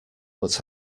but